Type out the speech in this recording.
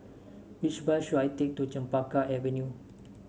which bus should I take to Chempaka Avenue